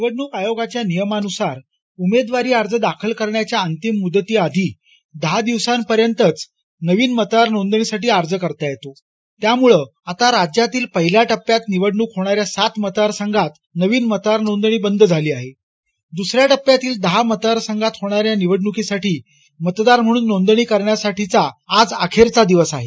निवडणूक आयोगाच्या नियमानुसार उमेदवारी अर्ज दाखल करण्याच्या अंतिम मुदतीपूर्वी दहा दिवसांपर्यंतच नवीन मतदार नोंदणीसाठी अर्ज करता येतो त्यामूळं आता राज्यातील पाकिल्या टप्प्यात निवडणूक होणाऱ्या सात मतदार संघातील मतदार नोंदणी बंद झाली आहे तर दुसऱ्या टप्प्यातील दहा मतदार संघात होणाऱ्या निवडणुकीसाठी मतदार नोंदणीचा आजचा शनिवार अखेरचा दिवस आहे